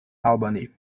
albany